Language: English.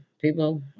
People